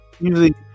usually